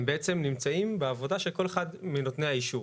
הם בעצם נמצאים בעבודה של כל אחד מנותני האישור.